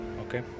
okay